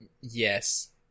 Yes